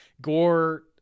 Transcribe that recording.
Gore